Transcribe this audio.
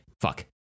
Fuck